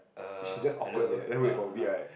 she just awkward there then wait for a bit right